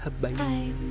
Bye